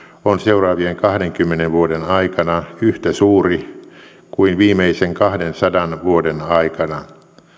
on seuraavien kahdenkymmenen vuoden aikana yhtä suuri kuin viimeisen kahdensadan vuoden aikana